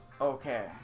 okay